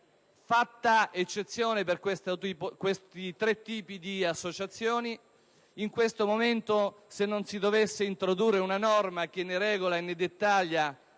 fatta eccezione per questi tre tipi di associazioni, in questo momento, se non si introducesse una norma che ne regola e ne dettaglia